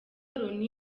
loni